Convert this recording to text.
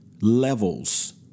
levels